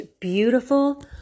beautiful